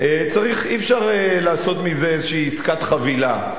אי-אפשר לעשות מזה איזו עסקת חבילה.